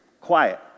quiet